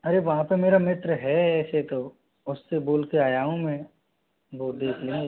अरे वहाँ तो मेरा मित्र है शेखव उससे बोल के आया हूँ मैं वो देख लेंगे